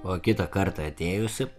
o kitą kartą atėjusi